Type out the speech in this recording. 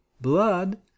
Blood